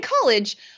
college